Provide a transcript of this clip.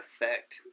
effect